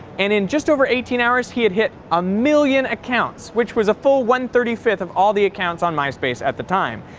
and in just over eighteen hours he had hit a million accounts, which was a full one thirty fifth of all the accounts on myspace at the time.